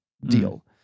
deal